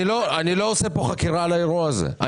אני לא עושה פה חקירה על האירוע הזה.